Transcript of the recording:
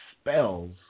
spells